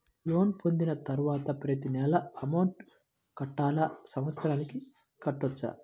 Loan పొందిన తరువాత ప్రతి నెల అమౌంట్ కట్టాలా? సంవత్సరానికి కట్టుకోవచ్చా?